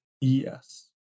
yes